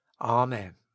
amen